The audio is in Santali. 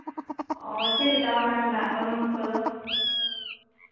ᱚ ᱪᱮᱫ ᱞᱮᱠᱟ ᱚᱱᱟ ᱨᱮᱱᱟᱜ ᱜᱚᱱᱚᱝ ᱠᱚᱫᱚ